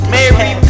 Mary